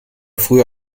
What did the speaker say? früher